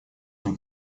ним